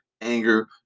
anger